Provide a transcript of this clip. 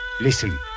listen